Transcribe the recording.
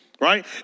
right